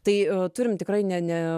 tai turim tikrai ne ne